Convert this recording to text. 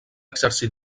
exercir